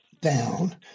down